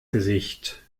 gesicht